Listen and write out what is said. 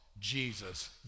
Jesus